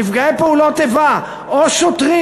נפגעי פעולות איבה או שוטרים?